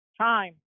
time